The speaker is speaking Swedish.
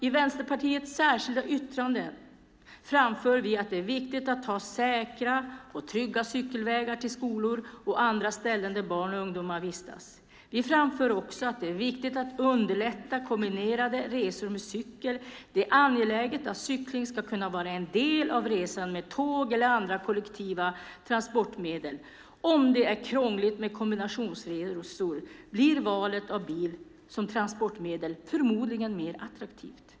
I Vänsterpartiets särskilda yttrande framför vi att det är viktigt att ha säkra och trygga cykelvägar till skolor och andra ställen där barn och ungdomar vistas. Vi framför också att det är viktigt att underlätta kombinerade resor med cykel. Det är angeläget att cykling ska kunna vara en del av resan med tåg eller andra kollektiva transportmedel. Om det är krångligt med kombinationsresor blir valet av bil som transportmedel förmodligen mer attraktivt.